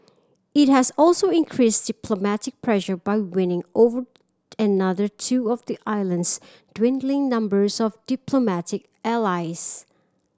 it has also increased diplomatic pressure by winning over another two of the island's dwindling numbers of diplomatic allies